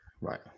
Right